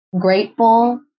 grateful